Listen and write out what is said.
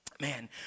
Man